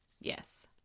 Yes